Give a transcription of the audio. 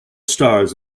stars